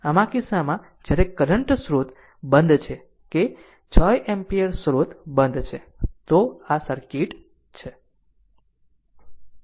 આમ આ કિસ્સામાં જ્યારે કરંટ સ્ત્રોત બંધ છે કે જે 6 એમ્પિયર સ્રોત બંધ છે તો આ સર્કિટ છે